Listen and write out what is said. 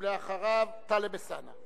ואחריו, טלב אלסאנע.